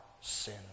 sin